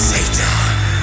Satan